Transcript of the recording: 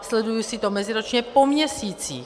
Sleduji si to meziročně po měsících.